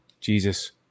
Jesus